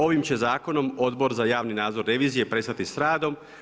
Ovim će zakonom Odbor za javni nadzor revizije prestati sa radom.